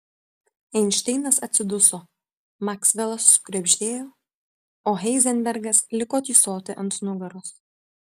einšteinas atsiduso maksvelas sukrebždėjo o heizenbergas liko tysoti ant nugaros